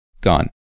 gone